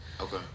Okay